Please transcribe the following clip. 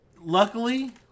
luckily